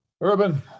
Urban